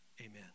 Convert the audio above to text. Amen